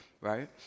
right